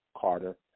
Carter